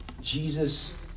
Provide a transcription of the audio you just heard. Jesus